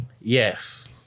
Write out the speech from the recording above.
Yes